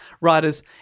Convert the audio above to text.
writers